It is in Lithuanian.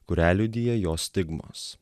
kurią liudija jo stigmos